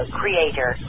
creator